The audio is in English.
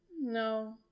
No